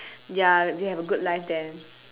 ya they have a good life there